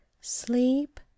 Sleep